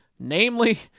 Namely